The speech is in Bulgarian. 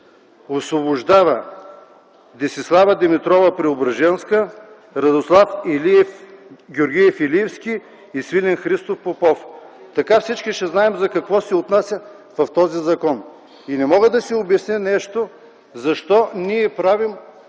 „освобождава Десислава Димитрова Преображенска, Радослав Георгиев Илиевски и Свилен Христов Попов”. Така всички ще знаем за какво се отнася в този закон. И не мога да си обясня нещо – защо ние правим